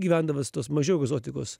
gyvendamas tos mažiau egzotikos